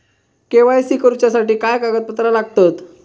KYC करूच्यासाठी काय कागदपत्रा लागतत?